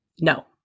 no